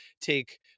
take